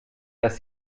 das